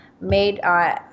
made